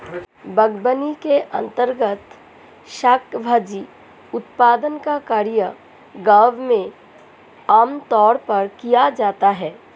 बागवानी के अंर्तगत शाक भाजी उत्पादन का कार्य गांव में आमतौर पर किया जाता है